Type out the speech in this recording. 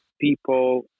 people